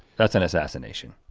that's an assassination.